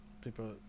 People